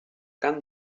cant